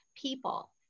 people